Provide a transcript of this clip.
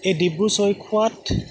এই ডিব্ৰু চৈখোৱাত